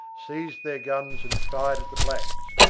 seized their guns and fired at the blacks,